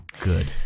good